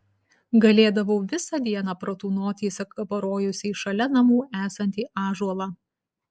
galėdavau visą dieną pratūnoti įsikabarojusi į šalia namų esantį ąžuolą